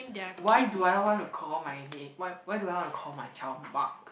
why do I want to call my name why why do I want to call my child Mark